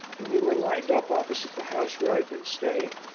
and we were lined up opposite the house where i'd been staying.